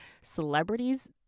celebrities